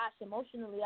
emotionally